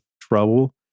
trouble